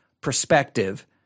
perspective